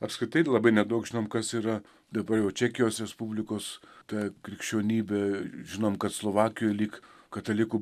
apskritai labai nedaug žinom kas yra dabar jau čekijos respublikos ta krikščionybė žinom kad slovakijoj lyg katalikų